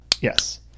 yes